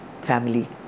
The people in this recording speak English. family